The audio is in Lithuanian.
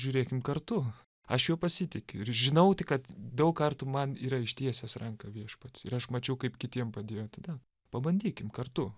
žiūrėkim kartu aš juo pasitikiu ir žinau tik kad daug kartų man yra ištiesęs ranką viešpats ir aš mačiau kaip kitiem padėjo tada pabandykim kartu